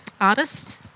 artist